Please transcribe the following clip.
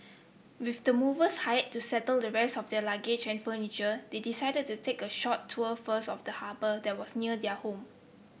with the movers hired to settle the rest of their luggage and furniture they decided to take a short tour first of the harbour that was near their home